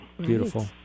Beautiful